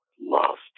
lost